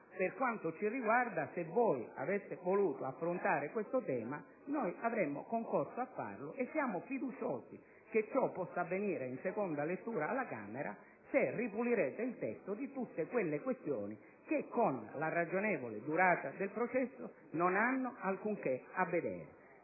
per quanto ci riguarda se voi aveste voluto affrontare questo tema noi avremmo concorso a farlo. Siamo fiduciosi del fatto che ciò possa avvenire in seconda lettura alla Camera se ripulirete il testo di tutte quelle questioni che con la ragionevole durata del processo non hanno niente a che vedere.